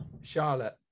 Charlotte